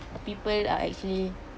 people are actually